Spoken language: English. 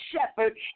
shepherd